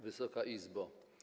Wysoka Izbo!